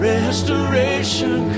Restoration